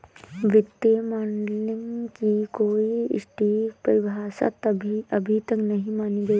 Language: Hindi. वित्तीय मॉडलिंग की कोई सटीक परिभाषा अभी तक नहीं मानी गयी है